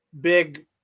big